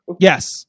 Yes